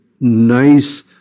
nice